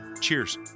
Cheers